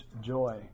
joy